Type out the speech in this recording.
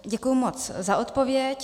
Děkuju moc za odpověď.